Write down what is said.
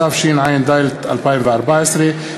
התשע"ד 2014,